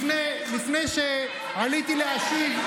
לפני שעליתי להשיב,